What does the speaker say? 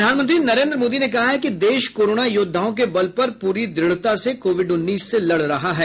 प्रधानमंत्री नरेन्द्र मोदी ने कहा है कि देश कोरोना योद्वाओं के बल पर पूरी दृ ढ़ता से कोविड उन्नीस से लड़ रहा है